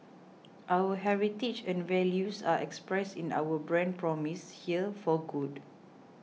our heritage and values are expressed in our brand promise here for good